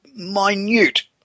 minute